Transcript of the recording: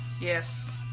Yes